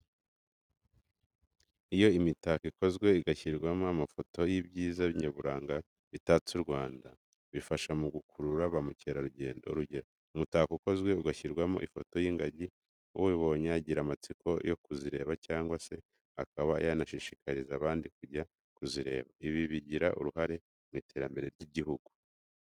Iyo imitako ikozwe igashyirwamo amafoto y'ibyiza nyaburanga bitatse u Rwanda, bifasha mu gukurura ba mukerarugendo. Urugero, umutako ukozwe ugashyirwamo ifoto y'ingagi, uwubonye agira amatsiko yo kuzireba cyangwa se akaba yanashishikariza abandi kujya kuzireba, ibi bigira uruhare mu iterambere ry'igihugu.